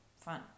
fun